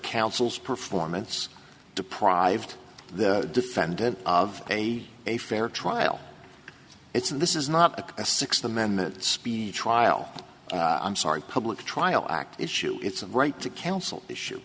counsel's performance deprived the defendant of a a fair trial it's this is not a sixth amendment speedy trial i'm sorry public trial act issue it's a right to counsel issue